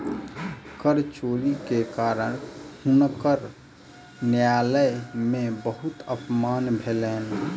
कर चोरी के कारण हुनकर न्यायालय में बहुत अपमान भेलैन